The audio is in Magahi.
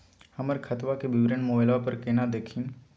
हमर खतवा के विवरण मोबाईल पर केना देखिन?